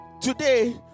today